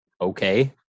okay